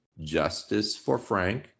justiceforfrank